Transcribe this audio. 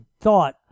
thought